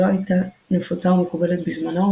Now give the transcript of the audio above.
שלא הייתה נפוצה ומקובלת בזמנו,